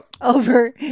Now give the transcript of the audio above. over